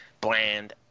bland